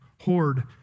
hoard